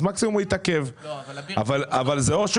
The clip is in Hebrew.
מקסימום הוא יתעכב אבל זה או שהוא